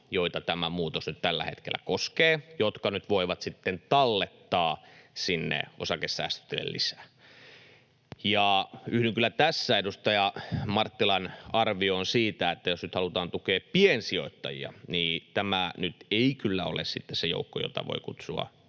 joita tämä muutos nyt tällä hetkellä koskee, jotka nyt voivat sitten tallettaa sinne osakesäästötilille lisää. Yhdyn kyllä tässä edustaja Marttilan arvioon siitä, että jos nyt halutaan tukea piensijoittajia, niin tämä nyt ei kyllä ole sitten se joukko, jota voi kutsua